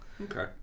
okay